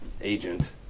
agent